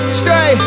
stay